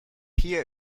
hier